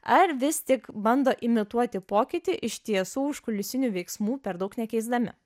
ar vis tik bando imituoti pokytį iš tiesų užkulisinių veiksmų per daug nekeisdami